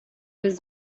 his